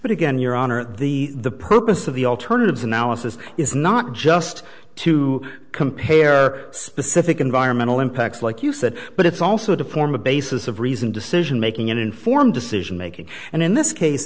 but again your honor the the purpose of the alternatives analysis is not just to compare specific environmental impacts like you said but it's also to form a basis of reasoned decision making an informed decision making and in this case